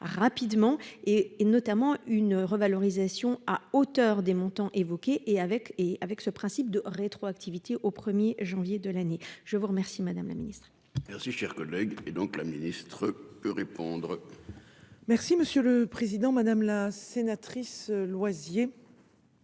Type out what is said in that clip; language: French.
rapidement et, et notamment une revalorisation à hauteur des montants évoqués et avec et, avec ce principe de rétroactivité au 1er janvier de l'année. Je vous remercie, madame la Ministre. Merci cher collègue. Et donc la ministre que répondre. Merci monsieur le président, madame la sénatrice Loisier.